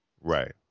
Right